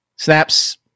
Snaps